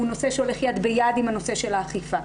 הוא נושא שהולך יד ביד עם הנושא של האכיפה.